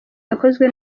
yakozwe